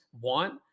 want